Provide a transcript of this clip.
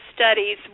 studies